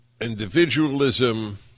individualism